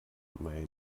mein